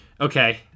Okay